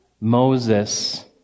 Moses